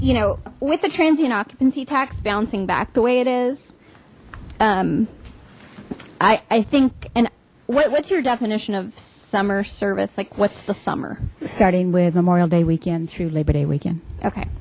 you know with the transient occupancy tax bouncing back the way it is i think and what's your definition of summer service like what's the summer starting with memorial day weekend through labor day weekend okay